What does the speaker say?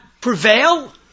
prevail